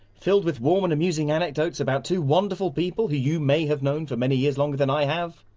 filled with warm and amusing anecdotes about two wonderful people, who you may have known for many years longer than i have.